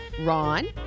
Ron